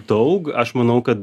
daug aš manau kad